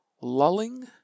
lulling